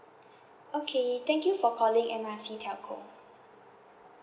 okay thank you for calling M R C telco